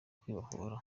kwibohora